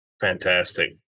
fantastic